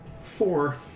Four